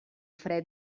fred